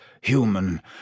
human